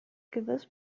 gewiss